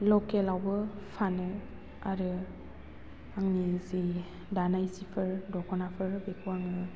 लकेलावबो फानो आरो आंनि जि दानाय जिफोर दख'नाफोर बेखौ आङो